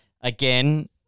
again